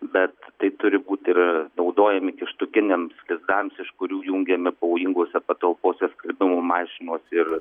bet tai turi būti ir naudojami kištukiniams lizdams iš kurių jungiami pavojingose patalpose skalbimo mašinos ir